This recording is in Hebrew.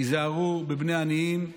"היזהרו בבני עניים,